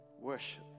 worship